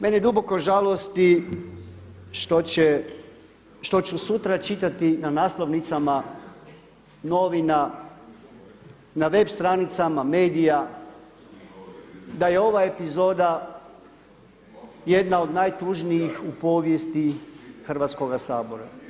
Mene duboko žalosti što ću sutra čitati na naslovnicama novina, na web stranicama medija da je ova epizoda jedna od najtužnijih u povijesti Hrvatskoga sabora.